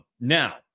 Now